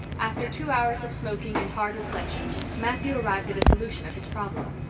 after two hours of smoking and hard reflection matthew arrived at a solution of his problem.